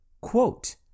Quote